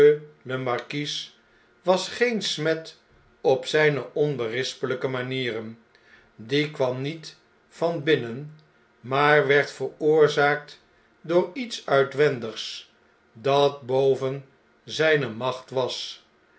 onsie u rlemarquiswas geen smet op zpe onberispelpe manieren die kwam niet van binnen maar werd veroorzaakt door iets uitwendigs dat boven zijne macht was